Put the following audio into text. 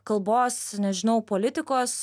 kalbos nežinau politikos